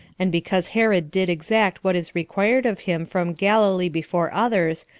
and because herod did exact what is required of him from galilee before others,